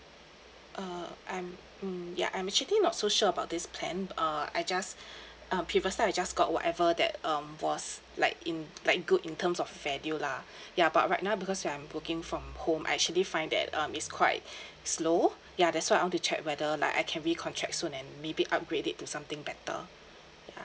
uh I'm mm ya I'm actually not so sure about this plan uh I just um previously I just got whatever that um was like in like good in terms of value lah ya but right now because I'm working from home I actually find that um it's quite slow ya that's why I want to check whether like I can recontract soon and maybe upgrade it to something better